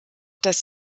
das